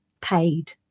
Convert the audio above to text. paid